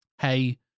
hey